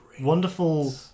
wonderful